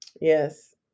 yes